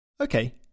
Okay